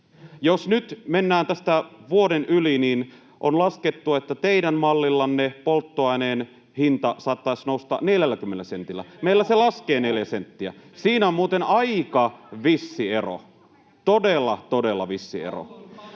Jos nyt mennään tästä vuoden yli, niin on laskettu, että teidän mallillanne polttoaineen hinta saattaisi nousta 40 sentillä. Meillä se laskee neljä senttiä. [Välihuutoja keskustan ryhmästä —